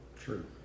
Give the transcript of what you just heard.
True